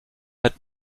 hat